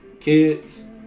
kids